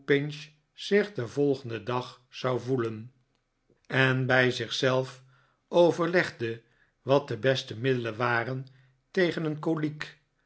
zich den volgenden dag zou voelen en bij zich zelf overlegde wat de beste middelen waren tegen een koliek